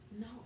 No